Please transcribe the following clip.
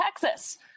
Texas